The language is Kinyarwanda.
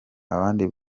abandi